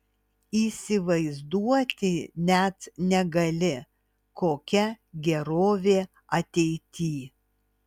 įsivaizduoti net negali kokia gerovė ateity